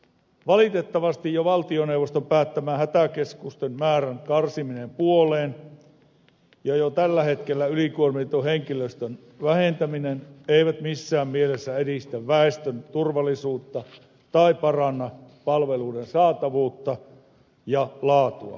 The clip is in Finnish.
valitettavasti jo valtioneuvoston päättämä hätäkeskusten määrän karsiminen puoleen ja jo tällä hetkellä ylikuormitetun henkilöstön vähentäminen eivät missään mielessä edistä väestön turvallisuutta tai paranna palveluiden saatavuutta ja laatua